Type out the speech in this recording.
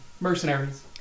mercenaries